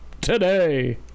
today